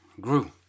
grew